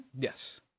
Yes